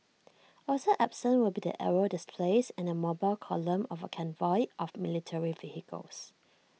also absent will be the aerial displays and the mobile column of A convoy of military vehicles